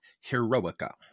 Heroica